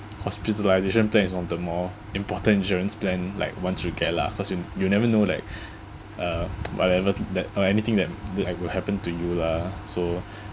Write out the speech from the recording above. hospitalisation plan is one the more important insurance plan like one you get lah cause you you never know like uh whatever that or anything that that could happen to you lah so